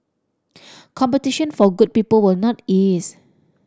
competition for good people will not ease